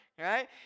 right